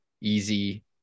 easy